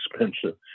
expensive